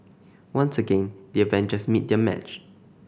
once again the Avengers meet their match